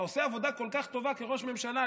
אתה עושה עבודה כל כך טובה כראש ממשלה.